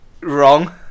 Wrong